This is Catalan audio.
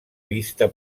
vista